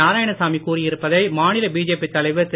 நாராயணசாமி கூறியிருப்பதை மாநில பிஜேபி தலைவர் திரு